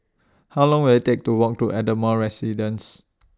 How Long Will IT Take to Walk to Ardmore Residence